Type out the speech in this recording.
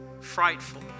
frightful